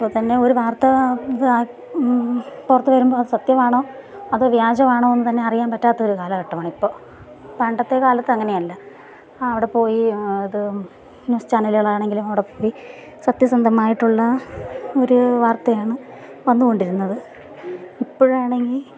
അപ്പം തന്നെ ഒരു വാർത്ത പുറത്തുവരുമ്പോൾ അത് സത്യമാണോ അതോ വ്യാജമാണോ എന്നുതന്നെ അറിയാൻ പറ്റാത്ത ഒരു കാലഘട്ടമാണ് ഇപ്പോൾ പണ്ടത്തെ കാലത്ത് അങ്ങനെയല്ല അവിടെപ്പോയി അത് ന്യൂസ് ചാനലുകൾ ആണെങ്കിലും അവിടെപ്പോയി സത്യസന്ധമായിട്ടുള്ള ഒരു വാർത്തയാണ് വന്നുകൊണ്ടിരുന്നത് ഇപ്പോഴാണെങ്കിൽ